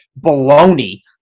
baloney